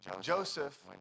Joseph